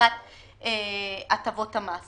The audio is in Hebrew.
במפת הטבות המס